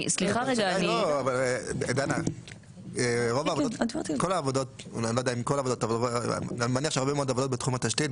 אני מניח שהרבה מאוד עבודות בתחום התשתית,